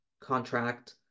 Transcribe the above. contract